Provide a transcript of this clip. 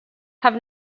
have